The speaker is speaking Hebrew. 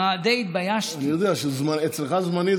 הם נמצאים בחזית מול התושבים.